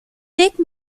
take